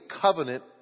covenant